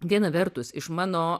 viena vertus iš mano